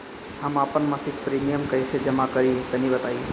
हम आपन मसिक प्रिमियम कइसे जमा करि तनि बताईं?